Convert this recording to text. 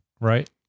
right